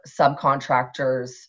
subcontractors